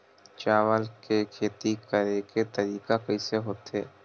चावल के खेती करेके तरीका कइसे होथे?